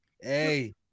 Hey